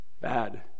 bad